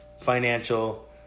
financial